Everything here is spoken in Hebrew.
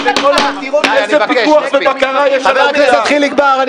חבר הכנסת חיליק בר.